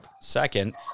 second